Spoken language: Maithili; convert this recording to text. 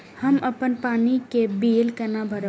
हम अपन पानी के बिल केना भरब?